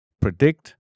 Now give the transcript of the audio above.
predict